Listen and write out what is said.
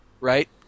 right